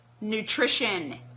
nutrition